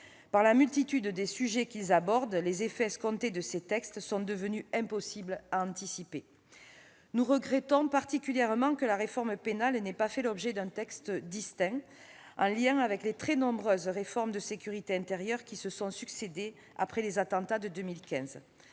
Par la multitude des sujets qu'ils abordent, les effets escomptés de ces textes sont devenus impossibles à anticiper. Nous regrettons particulièrement que la réforme pénale n'ait pas fait l'objet d'un texte distinct, en lien avec les très nombreuses réformes de sécurité intérieure qui se sont succédé après les attentats de 2015.